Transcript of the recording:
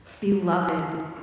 Beloved